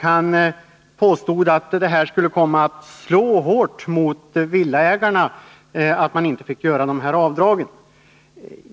Han påstod att det skulle komma att slå hårt mot villaägarna att man inte fick göra dessa avdrag.